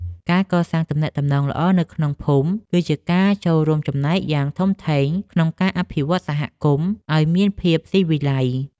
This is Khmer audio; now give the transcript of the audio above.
ការកសាងទំនាក់ទំនងល្អនៅក្នុងភូមិ គឺជាការចូលរួមចំណែកយ៉ាងធំធេងក្នុងការអភិវឌ្ឍន៍សង្គមឱ្យមានភាពស៊ីវិល័យ។